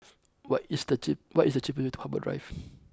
what is the cheap what is the cheapest way to Harbour Drive